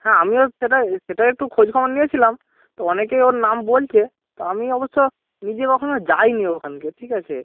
হ্যাঁ আমিও সেটাই সেটাই একটু খোঁজখবর নিয়েছিলাম তো অনেকেই ওর নাম বলছে তা আমি অবশ্য নিজে কখনও যাইনি ওখানকে ঠিক আছে